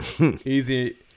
Easy